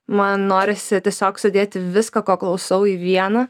man norisi tiesiog sudėti viską ko klausau į vieną